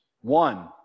one